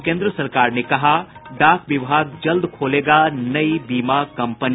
और केन्द्र सरकार ने कहा डाक विभाग जल्द खोलेगा नई बीमा कंपनी